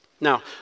Now